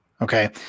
Okay